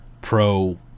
pro